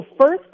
first